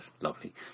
lovely